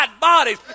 bodies